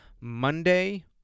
Monday